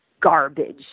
garbage